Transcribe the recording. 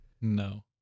No